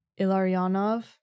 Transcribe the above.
Ilarionov